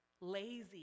Lazy